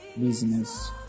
business